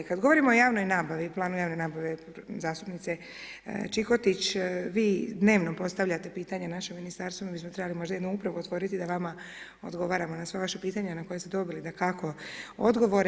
Kad govorimo o javnoj nabavi, Planu javne nabave, zastupnice Čikotić, vi dnevno postavljate pitanje našem Ministarstvu, mi smo trebali možda jednu upravu otvoriti da vama odgovaramo na sva vaša pitanja, na koja ste dobili, dakako, odgovore.